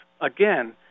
again